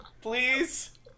Please